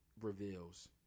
reveals